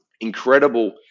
incredible